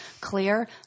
clear